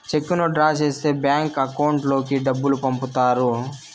చెక్కును డ్రా చేస్తే bank account లోకి డబ్బులు పంపుతారు